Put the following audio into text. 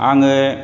आङो